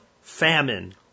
famine